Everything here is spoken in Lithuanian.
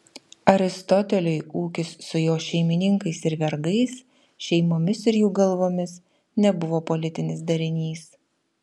aristoteliui ūkis su jo šeimininkais ir vergais šeimomis ir jų galvomis nebuvo politinis darinys